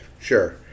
sure